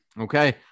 Okay